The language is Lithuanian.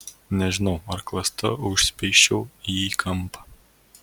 nežinau ar klasta užspeisčiau jį į kampą